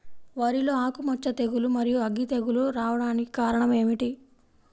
వరిలో ఆకుమచ్చ తెగులు, మరియు అగ్గి తెగులు రావడానికి కారణం ఏమిటి?